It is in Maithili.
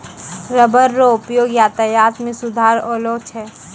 रबर रो उपयोग यातायात मे सुधार अैलौ छै